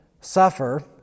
suffer